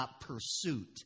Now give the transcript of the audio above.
pursuit